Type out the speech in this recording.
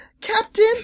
Captain